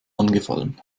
angefallen